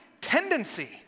tendency